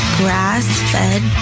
grass-fed